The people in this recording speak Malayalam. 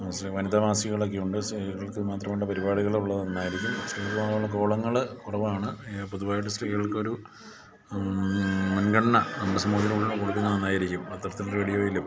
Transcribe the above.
വനിതാ മാസികകളൊക്കെ ഉണ്ട് സ്ത്രീകൾക്ക് മാത്രമുള്ള പരിപാടികൾ ഉള്ളത് നന്നായിരിക്കും സ്ത്രീകൾക്ക് പോലുള്ള കോളങ്ങൾ കുറവാണ് പൊതുവായിട്ട് സ്ത്രീകൾക്ക് ഒരു മുൻഗണന നമ്മുടെ സമൂഹത്തിൽ കൊടുക്കുന്നത് നന്നായിരിക്കും പത്രത്തിലും റേഡിയോയിലും